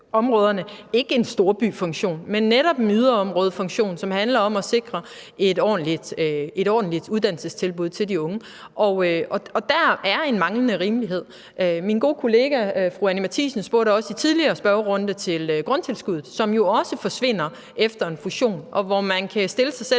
områderne, men de løfter netop en yderområdefunktion, som handler om at sikre et ordentligt uddannelsestilbud til de unge, og der mangler rimelighed. Min gode kollega fru Anni Matthiesen spurgte også i den tidligere spørgerunde til grundtilskuddet, som jo også forsvinder efter en fusion, og hvor man kan stille sig selv